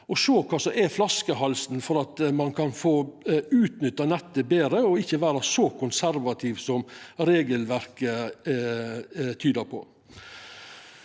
og sjå kva som er flaskehalsen, slik at ein kan få utnytta nettet betre og ikkje vera så konservativ som regelverket tyder på.